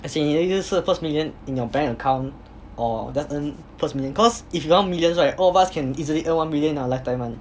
as in 你的就是 first million in your bank account or just earn first million cause if you want millions right all of us can easily earn one million in our lifetime one eh